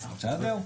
בסדר?